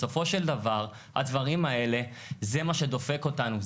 בסופו של דבר, הדברים האלה הם מה שדופק אותנו.